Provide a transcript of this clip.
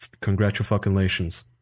Congratulations